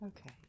okay